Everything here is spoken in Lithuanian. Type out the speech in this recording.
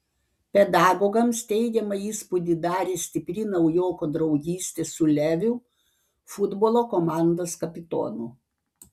pedagogams teigiamą įspūdį darė stipri naujoko draugystė su leviu futbolo komandos kapitonu